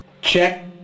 Check